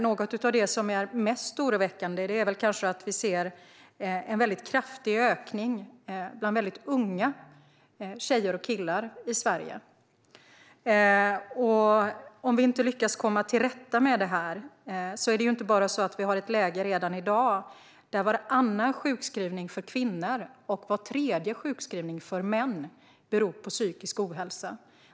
Något av det mest oroväckande är att vi ser en kraftig ökning bland väldigt unga tjejer och killar i Sverige. Vi måste lyckas komma till rätta med det här. Vi har ett läge redan i dag där varannan sjukskrivning för kvinnor och var tredje sjukskrivning för män beror på psykisk ohälsa.